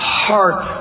heart